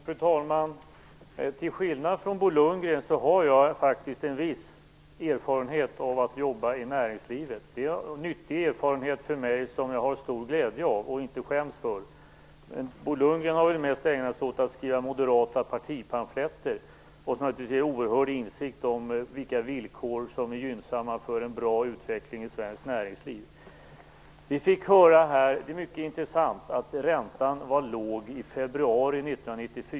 Fru talman! Till skillnad från Bo Lundgren har jag faktiskt en viss erfarenhet av att jobba i näringslivet. Det är en nyttig erfarenhet för mig som jag har stor glädje av. Jag skäms inte för den. Bo Lundgren har väl mest ägnat sig åt att skriva moderata partipamfletter. Det ger naturligtvis en oerhörd insikt i vilka villkor som är gynnsamma för en bra utveckling i det svenska näringslivet. Vi fick höra här att räntan var låg i februari 1994.